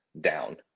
down